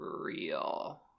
real